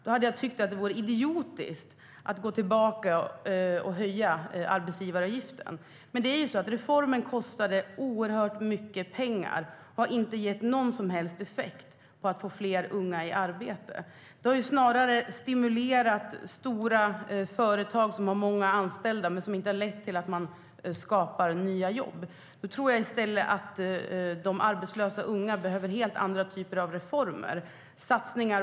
Då hade jag tyckt att det vore idiotiskt att höja arbetsgivaravgiften. Men reformen kostade oerhört mycket pengar och gav ingen som helst effekt vad gäller att få fler unga i arbete. Det har stimulerat stora företag med många anställda men inte lett till nya jobb. Unga som är arbetslösa behöver helt andra reformer och satsningar.